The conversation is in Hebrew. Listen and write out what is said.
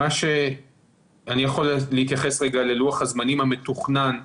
אני יכול להתייחס רגע ללוח-הזמנים המתוכנן בארצות-הברית.